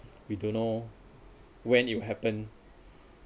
we don't know when it will happen